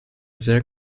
sehr